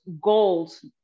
goals